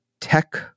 tech